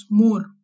more